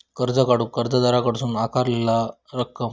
कर्ज काढूक कर्जदाराकडसून आकारलेला रक्कम